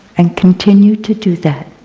and continue to do that.